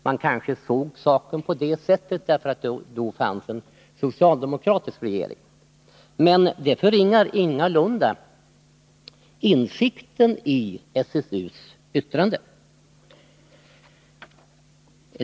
Man såg kanske saken på det sättet, eftersom det då satt en socialdemokratisk regering. Detta förringar emellertid ingalunda värdet av SSU:s uttalande.